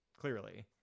clearly